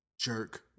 jerk